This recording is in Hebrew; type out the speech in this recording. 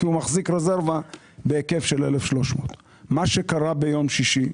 כי הוא מחזיק רזרבה בהיקף של 1,300. היקף התקלות ביום שישי,